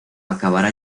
acabará